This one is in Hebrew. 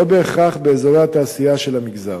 לא בהכרח באזורי התעשייה של המגזר.